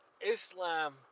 Islam